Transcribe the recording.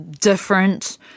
different